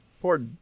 Poor